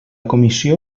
comissió